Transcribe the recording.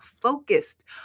focused